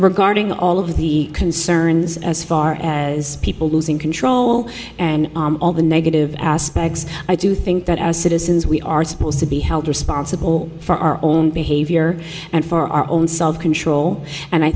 regarding all of the concerns as far as people losing control and all the negative aspects i do think that as citizens we are supposed to be held responsible for our own behavior and for our own self control and i